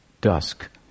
dusk